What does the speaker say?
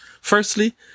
Firstly